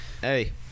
Hey